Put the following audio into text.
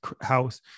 house